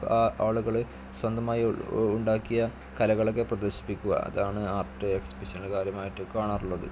ആളുകൾ സ്വന്തമായി ഉ ഉണ്ടാക്കിയ കലകളൊക്കെ പ്രദർശിപ്പിക്കുക അതാണ് ആർട്ട് എക്സിബിഷന് കാര്യമായിട്ട് കാണാറുള്ളത്